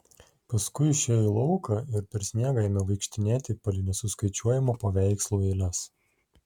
paskui išėjo į lauką ir per sniegą ėmė vaikštinėti palei nesuskaičiuojamų paveikslų eiles